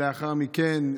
לאחר מכן,